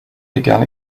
began